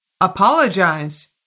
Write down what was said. Apologize